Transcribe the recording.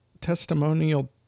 testimonial